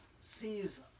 sees